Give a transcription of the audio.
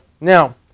Now